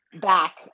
back